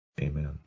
Amen